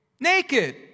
Naked